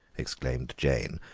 exclaimed jane,